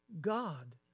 God